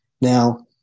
Now